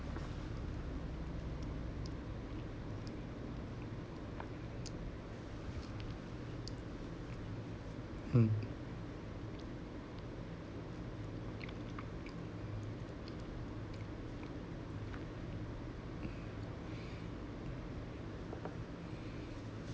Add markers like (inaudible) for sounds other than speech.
(noise) mm (noise)